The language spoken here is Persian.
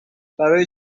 برای